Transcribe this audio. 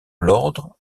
l’ordre